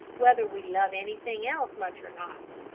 whether we love anything else much or not.